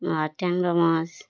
ট্যাংরা মাছ